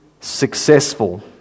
successful